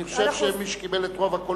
אני חושב שמי שקיבל את רוב הקולות.